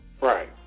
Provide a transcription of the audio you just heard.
Right